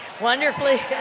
Wonderfully